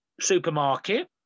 supermarket